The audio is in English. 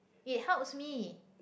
it helps me